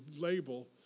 label